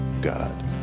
God